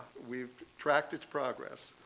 we've tracked its progress.